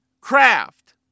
craft